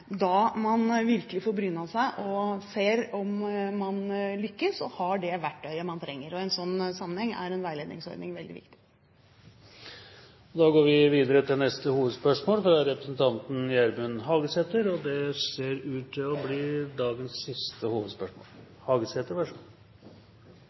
da man virkelig får brynt seg og ser om man lykkes og har det verktøyet man trenger. I en slik sammenheng er en veiledningsordning veldig viktig. Vi går videre til neste hovedspørsmål.